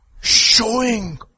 Showing